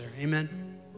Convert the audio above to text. amen